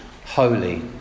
holy